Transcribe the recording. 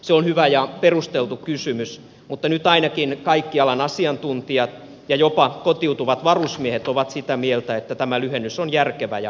se on hyvä ja perusteltu kysymys mutta nyt ainakin kaikki alan asiantuntijat ja jopa kotiutuvat varusmiehet ovat sitä mieltä että tämä lyhennys on järkevä ja tarkoituksenmukainen